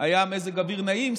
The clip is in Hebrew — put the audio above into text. היה מזג אוויר נעים.